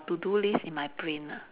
to do list in my brain lah